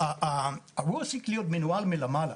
האירוע צריך להיות מנוהל מלמעלה,